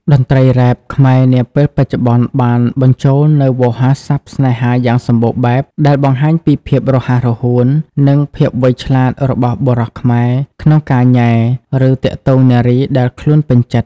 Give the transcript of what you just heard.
តន្ត្រីរ៉េប ខ្មែរនាពេលបច្ចុប្បន្ន បានបញ្ចូលនូវវោហារស័ព្ទស្នេហាយ៉ាងសម្បូរបែប ដែលបង្ហាញពីភាពរហ័សរហួន និងភាពវៃឆ្លាតរបស់បុរសខ្មែរក្នុងការញ៉ែ ឬទាក់ទងនារីដែលខ្លួនពេញចិត្ត។